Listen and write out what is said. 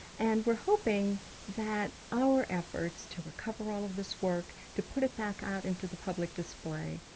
and we're hoping that our efforts to recover all of this work, to put it back out into the public display,